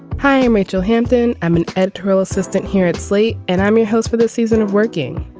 hi i'm rachel hampton. i'm an editorial assistant here at slate and i'm your host for this season of working.